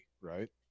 right